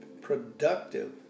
productive